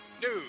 news